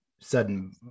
sudden